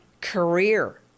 career